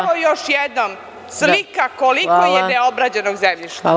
Evo, još jednom slika koliko je neobrađenog zemljišta.